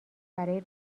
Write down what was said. برای